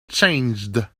changed